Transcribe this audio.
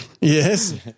Yes